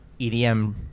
EDM